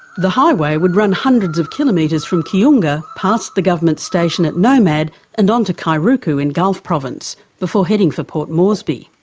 the highway would run hundreds of kilometres from kiunga past the government station at nomad and on to kairuku in gulf province before heading for port moresby.